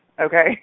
okay